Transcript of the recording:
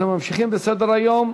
אנחנו ממשיכים בסדר-היום: